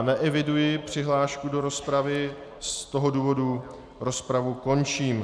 Neeviduji přihlášku do rozpravy, z toho důvodu rozpravu končím.